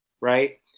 Right